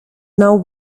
now